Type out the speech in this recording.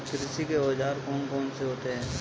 कृषि के औजार कौन कौन से होते हैं?